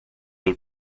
will